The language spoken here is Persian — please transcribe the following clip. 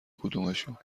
کدومشون